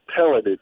pelleted